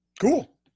Cool